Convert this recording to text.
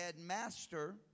Master